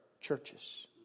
churches